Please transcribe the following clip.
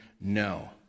no